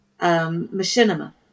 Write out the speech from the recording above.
machinima